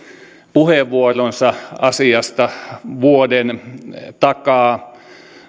puheenvuoronsa asiasta vuoden takaa